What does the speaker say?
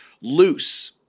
loose